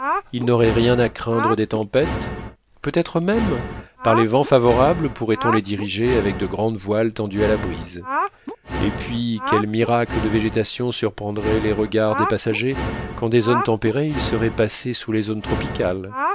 ils n'auraient rien à craindre des tempêtes peut-être même par les vents favorables pourrait-on les diriger avec de grandes voiles tendues à la brise et puis quels miracles de végétation surprendraient les regards des passagers quand des zones tempérées ils seraient passés sous les zones tropicales